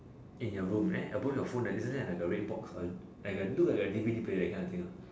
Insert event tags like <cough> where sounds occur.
in your room <noise> above your phone like isn't that like a red box a like uh look like a D_V_D player that kind of thing